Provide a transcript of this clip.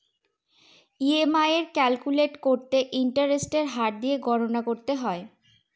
EMI calculate করতে ইন্টারেস্টের হার দিয়ে গণনা করতে হয়